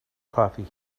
coffee